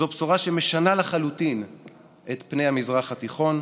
זו בשורה שמשנה לחלוטין את פני המזרח התיכון,